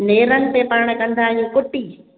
नेरनि ते पाण कंदा आहियूं कुटी